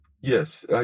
Yes